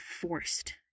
forced